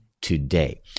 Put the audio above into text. today